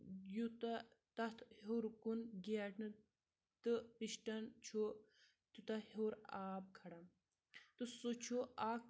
یوٗتاہ تَتھ ہیوٚر کُن گیٹنہٕ تہٕ پِشٹَن چھُ تیوٗتاہ ہیوٚر آب کھَالان تہٕ سُہ چھُ اَکھ